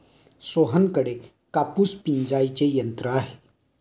सोहनकडे कापूस पिंजायचे यंत्र आहे